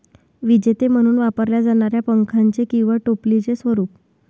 विजेते म्हणून वापरल्या जाणाऱ्या पंख्याचे किंवा टोपलीचे स्वरूप